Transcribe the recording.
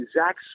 Zach